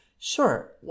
Sure